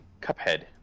Cuphead